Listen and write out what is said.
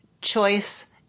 choice